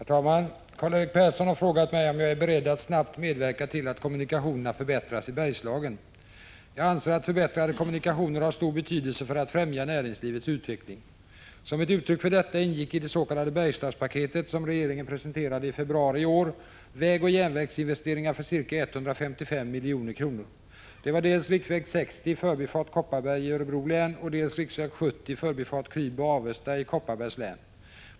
Herr talman! Karl-Erik Persson har frågat mig om jag är beredd att snabbt medverka till att kommunikationerna förbättras i Bergslagen. Jag anser att förbättrade kommunikationer har stor betydelse för att främja näringslivets utveckling. Som ett uttryck för detta ingick i det s.k. Bergslagspaketet, som regeringen presenterade i februari i år, vägoch järnvägsinvesteringar för ca 155 milj.kr. Det var dels riksväg 60, förbifart Kopparberg i Örebro län och dels riksväg 70, förbifart Krylbo/Avesta i Kopparbergs län.